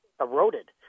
eroded